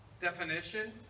definition